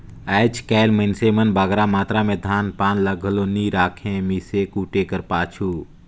आएज काएल मइनसे मन बगरा मातरा में धान पान ल घलो नी राखें मीसे कूटे कर पाछू